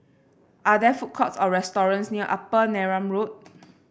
are there food courts or restaurants near Upper Neram Road